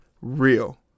real